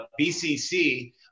BCC